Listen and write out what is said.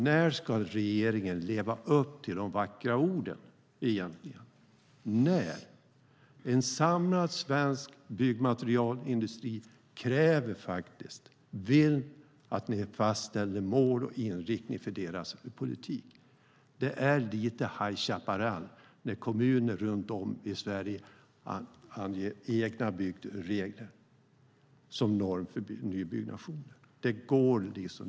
När ska regeringen egentligen leva upp till de vackra orden? En samlad svensk byggmaterialindustri vill och kräver att ni fastställer mål och inriktning för deras politik. Det är lite High Chaparral när kommuner runt om i Sverige anger egna byggregler som norm för nybyggnationer. Det går inte.